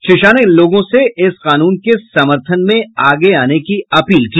श्री शाह ने लोगों से इस कानून के समर्थन में आगे आने की अपील की